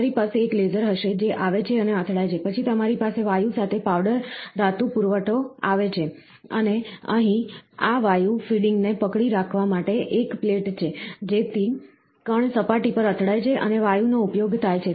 તમારી પાસે એક લેસર હશે જે આવે છે અને અથડાય છે પછી તમારી પાસે વાયુ સાથે પાવડર ધાતુ પૂરવઠો આવે છે અને અહીં આ વાયુ ફીડિંગ ને પકડી રાખવા માટે એક પ્લેટ છે જેથી કણ સપાટી પર અથડાય છે અને વાયુનો ઉપયોગ થાય છે